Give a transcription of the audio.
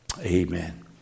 amen